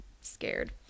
scared